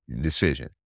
decision